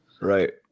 Right